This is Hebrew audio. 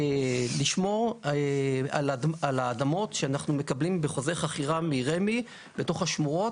לשמור על האדמות שאנחנו מקבלים בחוזה חכירה מרמ"י בתוך השמורות.